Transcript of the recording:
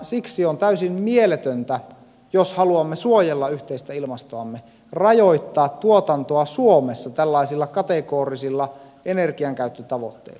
siksi on täysin mieletöntä jos haluamme suojella yhteistä ilmastoamme rajoittaa tuotantoa suomessa tällaisilla kategorisilla energiankäyttötavoitteilla